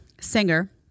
singer